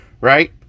right